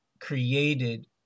created